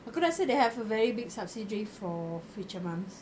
aku rasa they have a very big subsidiary for future mums